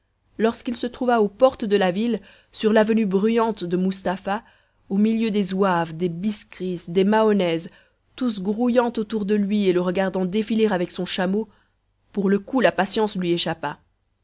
lorsqu'il se trouva aux portes de la ville sur l'avenue bruyante de mustapha an milieu des zouaves des biskris des mahonnaises tous grouillant autour de lui et le regardant défiler avec son chameau pour le coup la patience lui échappa